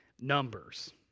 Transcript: numbers